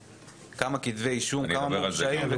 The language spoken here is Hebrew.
נפגשתי עם עסקים ועם קיבוצים שחוו נזקים של מיליונים,